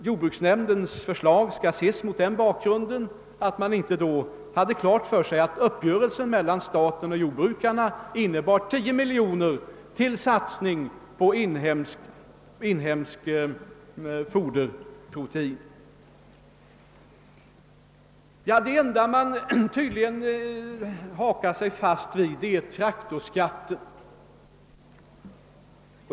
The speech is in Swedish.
Jordbruksnämndens förslag skall alltså ses mot den bakgrunden, att man inte hade klart för sig att uppgörelsen mellan staten och jordbrukarna innebar 10 miljoner kronor till en satsning på inhemskt foderprotein. Det enda man hakar sig fast vid är tydligen traktorskatten.